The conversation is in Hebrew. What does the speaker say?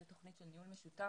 זו תכנית של ניהול משותף.